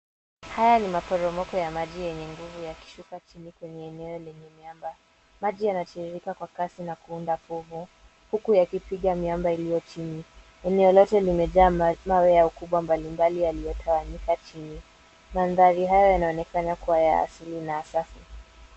Haya ni maporomoko ya maji yenye nguvu yakishuka chini kwenye eneo lenye miamba. Maji yanatiririka kwa kasi na kuunda povu huku yakipiga miamba iliyo chini. Eneo lote limejaa mawe ya ukubwa mbalimbali yaliyotawanyika chini. Mandhari haya yanaonekana kuwa ya asili na safi.